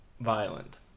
violent